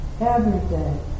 everyday